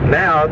now